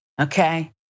okay